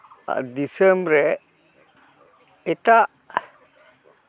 ᱟᱨ ᱫᱤᱥᱟᱹᱢ ᱨᱮ ᱮᱴᱟᱜ